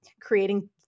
creating